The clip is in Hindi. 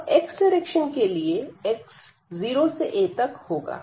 अब x डायरेक्शन के लिए x 0 से a तक होगा